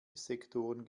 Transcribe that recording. sektoren